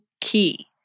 key